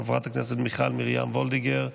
חברת הכנסת מיכל מרים וולדיגר,